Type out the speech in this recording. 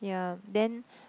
yeah then